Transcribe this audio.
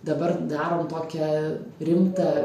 dabar darom tokią rimtą